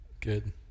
Good